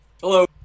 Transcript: Hello